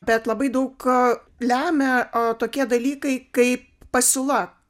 bet labai daug lemia tokie dalykai kaip pasiūla